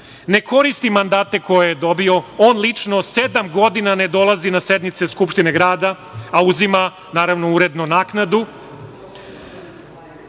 ne koristi mandate koje je dobio. On lično sedam godina ne dolazi na sednice Skupštine grada, a uzima, naravno uredno, naknadu. Što